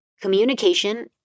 Communication